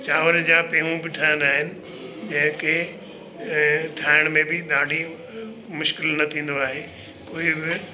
चांवर जा पेऊं बि ठहंदा आहिनि जंहिं खे ठाहिण में बि ॾाढी मुश्किल न थींदो आहे कोई बि